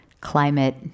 climate